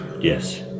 Yes